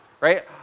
right